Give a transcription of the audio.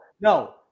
no